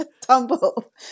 tumble